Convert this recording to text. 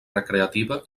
recreativa